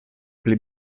pli